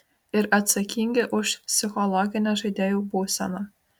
ir atsakingi už psichologinę žaidėjų būseną